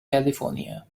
california